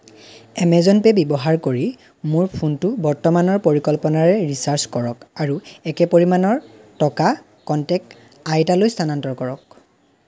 Amazon Pay ব্যৱহাৰ কৰি মোৰ ফোনটো বৰ্তমানৰ পৰিকল্পনাৰে ৰিচাৰ্জ কৰক আৰু একে পৰিমাণৰ টকা কনটেক্ট আইতালৈ স্থানান্তৰ কৰক